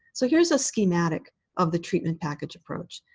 so here's a schematic of the treatment package approach.